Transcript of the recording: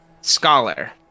...scholar